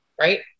right